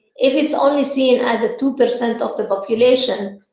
if it is only seen as two percent of the population,